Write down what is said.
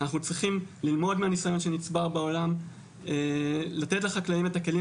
אנחנו צריכים ללמוד מהניסיון שנצבר בעולם לתת לחקלאים את הכלים